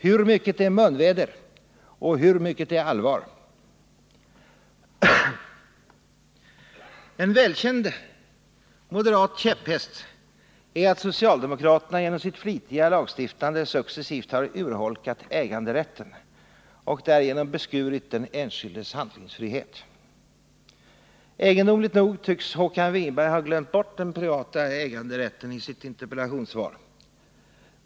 Hur mycket är munväder och hur mycket är allvar? En välkänd moderat käpphäst är att socialdemokraterna genom sitt flitiga lagstiftande successivt har urholkat äganderätten och därigenom beskurit den enskildes handlingsfrihet. Egendomligt nog tycks Håkan Winberg ha glömt bort den privata äganderätten i sitt interpellationssvar.